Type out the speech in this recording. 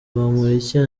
bamporiki